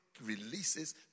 releases